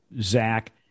Zach